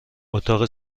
اتاق